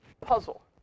puzzle